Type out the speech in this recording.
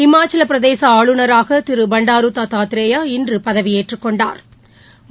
இமாச்சல பிரதேச ஆளுநராக திரு பண்டாரு தத்தாத்ரேயா இன்று பதவியேற்றுக் கொண்டாா்